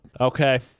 Okay